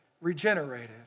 regenerated